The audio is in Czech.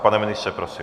Pane ministře, prosím.